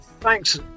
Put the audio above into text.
Thanks